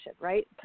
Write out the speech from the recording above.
Right